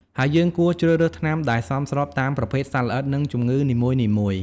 ហើយយើងគួរជ្រើសរើសថ្នាំដែលសមស្របតាមប្រភេទសត្វល្អិត និងជំងឺនីមួយៗ។